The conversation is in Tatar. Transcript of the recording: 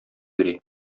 йөри